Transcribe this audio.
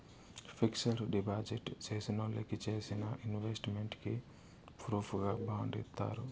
fixed deposit చేసినోళ్ళకి చేసిన investment కి ప్రూఫుగా బాండ్ ఇత్తారు